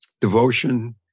Devotion